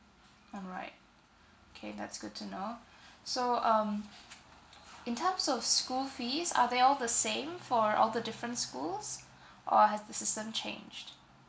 alright okay that's good to know so um in terms of school fees are they all the same for all the different schools or has the system changed